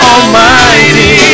Almighty